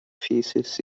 feces